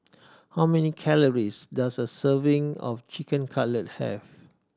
how many calories does a serving of Chicken Cutlet have